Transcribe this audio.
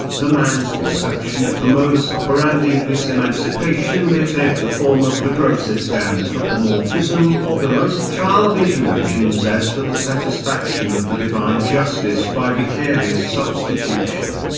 the man's conception of the modus operandi of this emancipation may take the form of the grossest anthropomorphism or the most childish notions as to the satisfaction of the divine justice by vicarious substitution,